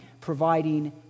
providing